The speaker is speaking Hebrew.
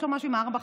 יש לו משהו עם ארבע,